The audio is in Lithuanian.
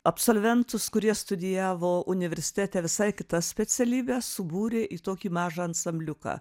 absolventus kurie studijavo universitete visai kitas specialybes subūrė į tokį mažą ansambliuką